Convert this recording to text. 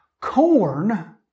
Corn